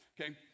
Okay